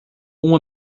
uma